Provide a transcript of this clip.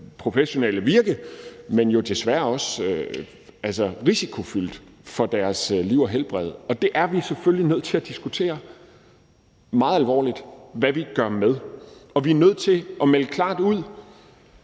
professionelle virke, men desværre også risikofyldt for deres liv og helbred. Vi er selvfølgelig nødt til meget alvorligt at diskutere, hvad vi gør ved det, og vi er nødt til at melde klart ud,